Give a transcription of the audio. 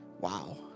wow